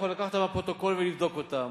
אתה יכול לקחת אותן מהפרוטוקול ולבדוק אותן,